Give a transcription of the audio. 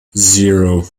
zero